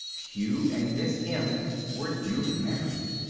q and miss m were duly married.